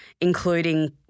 including